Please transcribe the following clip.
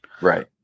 Right